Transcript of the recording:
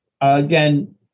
again